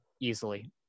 easily